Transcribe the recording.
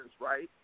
right